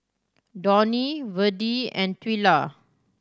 Donny Verdie and Twyla